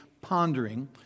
pondering